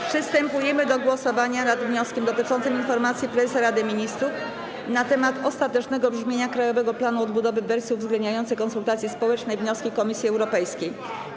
Przystępujemy do głosowania nad wnioskiem dotyczącym informacji prezesa Rady Ministrów na temat ostatecznego brzmienia Krajowego Planu Odbudowy w wersji uwzględniającej konsultacje społeczne i wnioski Komisji Europejskiej.